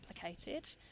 complicated